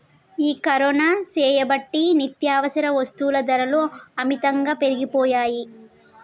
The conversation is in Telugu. ఈ కరోనా సేయబట్టి నిత్యావసర వస్తుల ధరలు అమితంగా పెరిగిపోయాయి